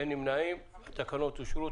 אין התקנות אושרו.